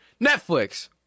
Netflix